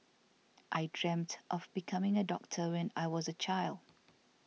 I dreamt of becoming a doctor when I was a child